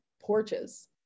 porches